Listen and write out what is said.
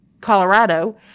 Colorado